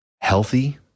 healthy